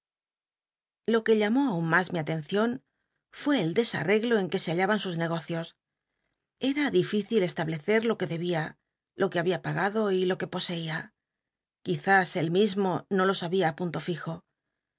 lo que llamó aun mas mi atencion fué el desill'reglo en que se hallaban sus negocios era difícil establecer lo que debía lo que había pagado y lo que poseía quizás él mismo no lo sabia ft punto fijo